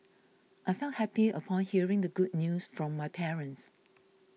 I felt happy upon hearing the good news from my parents